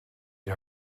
die